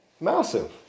massive